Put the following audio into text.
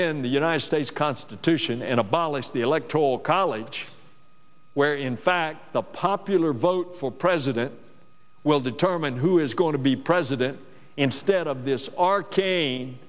in the united states constitution and abolish the electoral college where in fact the popular vote for president will determine who is going to be president instead of this arcane